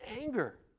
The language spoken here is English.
anger